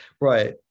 Right